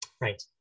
right